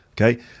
Okay